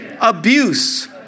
abuse